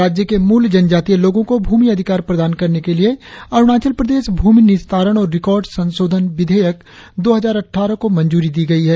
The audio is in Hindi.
राज्य के मूल जनजातीय लोगों को भूमि अधिकार प्रदान करने के लिए अरुणाचल प्रदेश भूमि निस्तारण और रिकॉर्ड संशोधन विधेयक दो हजार अट्ठारह को मंजूरी दी गई है